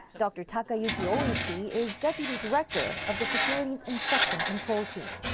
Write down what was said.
dr. takayuki ohishi is deputy director of the facility's infection control team.